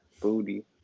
booty